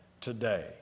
today